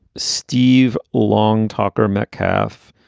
steve long talker metcalf.